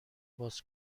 باز